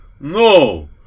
No